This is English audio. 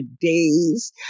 days